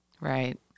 Right